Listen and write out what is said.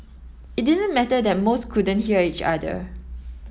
it didn't matter that most couldn't hear each other